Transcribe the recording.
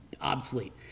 obsolete